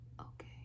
Okay